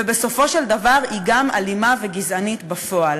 ובסופו של דבר היא גם אלימה וגזענית בפועל.